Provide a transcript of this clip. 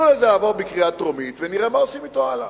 תנו לזה לעבור בקריאה טרומית ונראה מה עושים הלאה.